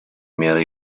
меры